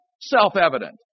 self-evident